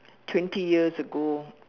twenty years ago